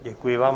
Děkuji vám.